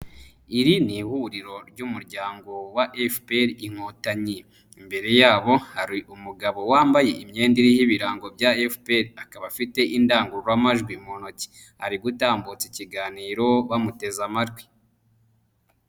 Iri ni ihuriro ry'umuryango wa FPR Inkotanyi. Imbere yabo hari umugabo wambaye imyenda y'ibirango bya FPR, akaba afite indangururamajwi mu ntoki ari gutambutsa ikiganiro bamuteze amatwi.